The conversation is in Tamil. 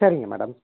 சரிங்க மேடம்